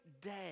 day